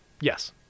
yes